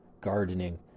gardening